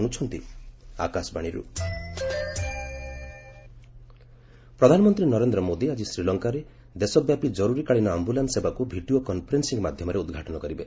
PM Lanka ପ୍ରଧାନମନ୍ତ୍ରୀ ନରେନ୍ଦ୍ର ମୋଦି ଆଜି ଶ୍ରୀଳଙ୍କାର ଦେଶବ୍ୟାପୀ ଜରୁରୀକାଳୀନ ଆୟୁଲାନ୍ନ ସେବାକୁ ଭିଡ଼ିଓ କନ୍ଫରେନ୍ସିଂ ମାଧ୍ୟମରେ ଉଦ୍ଘାଟନ କରିବେ